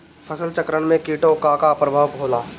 फसल चक्रण में कीटो का का परभाव होला?